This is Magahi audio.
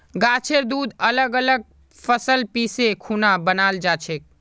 गाछेर दूध अलग अलग फसल पीसे खुना बनाल जाछेक